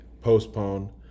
postpone